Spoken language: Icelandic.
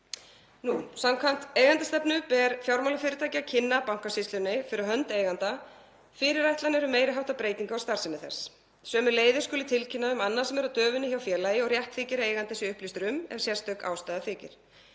Samkvæmt eigendastefnu ber fjármálafyrirtæki að kynna Bankasýslunni fyrir hönd eiganda fyrirætlanir um meiri háttar breytingar á starfsemi þess. Sömuleiðis skuli tilkynna um annað sem er á döfinni hjá félagi og rétt þykir að eigandi sé upplýstur um ef sérstök ástæða þykir.